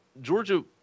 Georgia